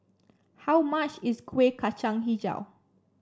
how much is Kuih Kacang hijau